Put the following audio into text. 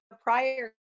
prior